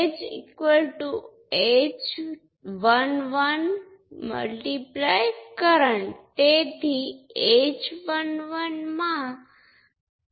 તેથી તે model y છે વોલ્ટેજ કંટ્રોલ કરંટ સોર્સ અને તેનું મૂલ્ય y21 V1 છે